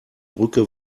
brücke